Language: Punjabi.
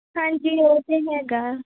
ਹਾਂਜੀ ਓਹ ਤਾਂ ਹੈਗਾ